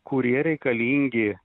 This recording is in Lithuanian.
kurie reikalingi